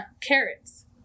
carrots